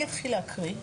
אני אתחיל להקריא,